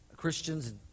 Christians